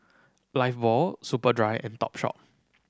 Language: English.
Lifebuoy Superdry and Topshop